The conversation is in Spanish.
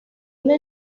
una